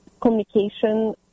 communication